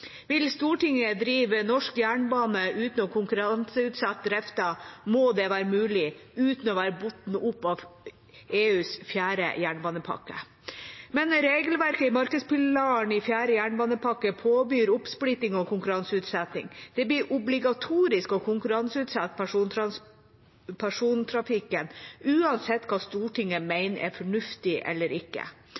Vil Stortinget drive norsk jernbane uten å konkurranseutsette driften, må det være mulig uten å være bundet opp av EUs fjerde jernbanepakke. Men regelverket i markedspilaren i fjerde jernbanepakke påbyr oppsplitting og konkurranseutsetting. Det blir obligatorisk å konkurranseutsette persontrafikken, uansett hva Stortinget mener er fornuftig eller ikke.